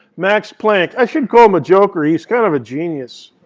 max planck. i shouldn't call him a joker. he's kind of a genius.